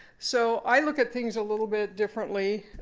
so i look at things a little bit differently.